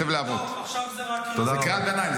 לא, עכשיו זה רק קריאות ביניים.